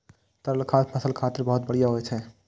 तरल खाद फसल खातिर बहुत बढ़िया होइ छै